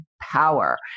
power